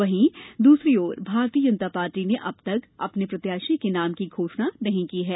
वहीं दूसरी ओर भारतीय जनता पार्टी ने अब तक अपने प्रत्याशी के नाम की घोषणा नहीं की है